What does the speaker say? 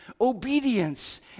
obedience